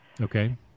Okay